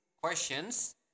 questions